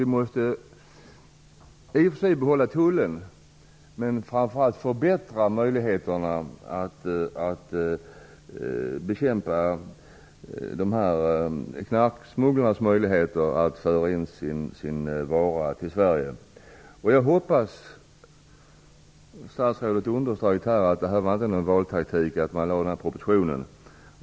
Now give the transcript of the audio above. Vi måste i och för sig behålla Tullen, men det innebär framför allt att vi måste förbättra förutsättningarna att bekämpa knarksmugglarnas möjligheter att föra in sina varor till Sverige. Statsrådet underströk att det inte var någon valtaktik att man lade fram den här propositionen.